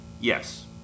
Yes